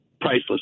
priceless